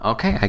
Okay